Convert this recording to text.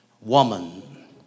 woman